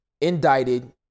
indicted